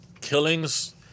killings